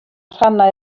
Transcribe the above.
rhannau